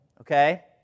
okay